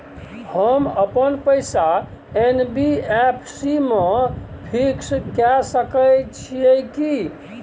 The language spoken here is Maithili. हम अपन पैसा एन.बी.एफ.सी म फिक्स के सके छियै की?